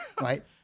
Right